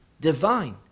divine